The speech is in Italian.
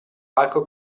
palco